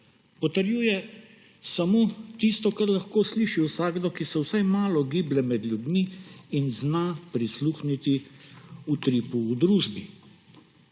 Potrjuje samo tisto, kar lahko sliši vsakdo, ki se vsaj malo giblje med ljudmi in zna prisluhniti utripu v družbi.